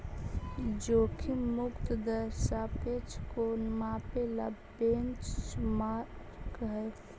जोखिम मुक्त दर सापेक्ष को मापे ला बेंचमार्क हई